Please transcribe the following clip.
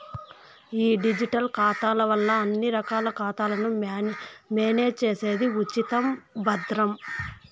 ఈ డిజిటల్ ఖాతాల వల్ల అన్ని రకాల ఖాతాలను మేనేజ్ చేసేది ఉచితం, భద్రం